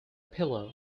pillow